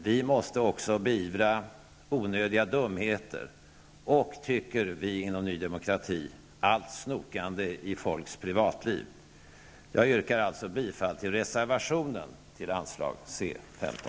Vi måste också beivra onödiga dumheter och, tycker vi inom Ny Demokrati, allt snokande i människors privatliv. Jag yrkar alltså bifall till reservationen avseende